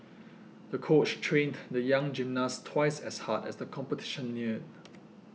the coach trained the young gymnast twice as hard as the competition neared